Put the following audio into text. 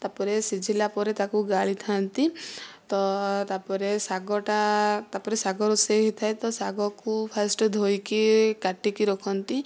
ତାପରେ ସିଝିଲା ପରେ ତାକୁ ଗାଳି ଥାଆନ୍ତି ତ ତାପରେ ଶାଗଟା ତାପରେ ଶାଗ ରୋଷେଇ ହେଇଥାଏ ତ ଶାଗକୁ ଫାଷ୍ଟ ଧୋଇକି କାଟିକି ରଖନ୍ତି